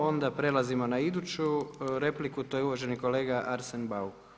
Onda prelazimo na iduću repliku to je uvaženi kolega Arsen Bauk.